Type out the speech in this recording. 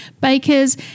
bakers